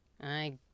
I